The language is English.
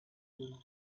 liquor